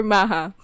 Maha